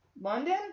London